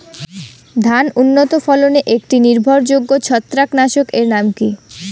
ধান উন্নত ফলনে একটি নির্ভরযোগ্য ছত্রাকনাশক এর নাম কি?